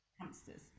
hamsters